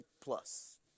plus